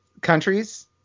countries